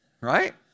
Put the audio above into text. right